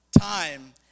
Time